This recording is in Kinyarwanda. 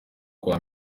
kwa